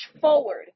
forward